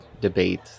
debate